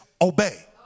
Obey